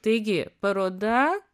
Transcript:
taigi paroda